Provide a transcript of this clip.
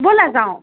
ব'লা যাওঁ